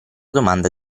domanda